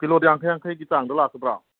ꯀꯤꯂꯣꯗ ꯌꯥꯡꯈꯩ ꯌꯥꯡꯈꯩꯒꯤ ꯆꯥꯡꯗ ꯂꯥꯛꯀꯗ꯭ꯔꯥ